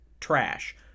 trash